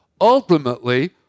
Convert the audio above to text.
ultimately